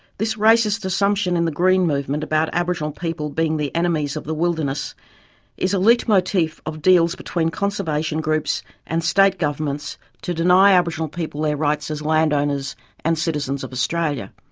this racist assumption in the green movement about aboriginal people being the enemies of the wilderness is a leitmotif of deals between conservation groups and state governments to deny aboriginal people their rights as landowners and citizens of australia.